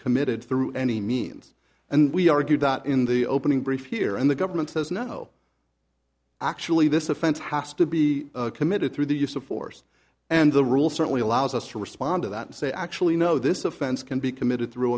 committed through any means and we argued that in the opening brief here and the government says no actually this offense has to be committed through the use of force and the rule certainly allows us to respond to that say actually no this offense can be committed through